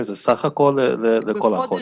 סך הכול לכל החודש.